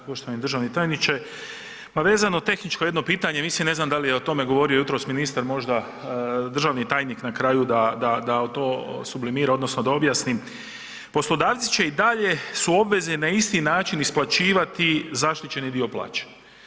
Poštovani državni tajniče, ma vezano, tehničko jedno pitanje, mislim, ne znam da li je o tome govorio jutros ministar, možda, državni tajnik na kraju da to sublimira, odnosno da objasni, poslodavci će i dalje, su obvezni na isti način isplaćivati zaštićeni dio plaće.